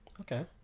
okay